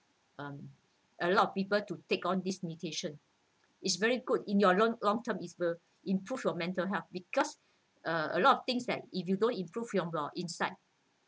um a lot of people to take on this meditation it's very good in your long long term is improve your mental health because a a lot of things that if you don't improve from your inside